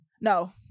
no